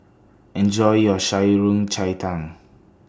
Enjoy your Shan Rui Cai Tang